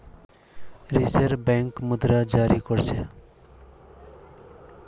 reserve bank मुद्राक जारी कर छेक